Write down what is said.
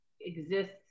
exists